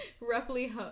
Roughly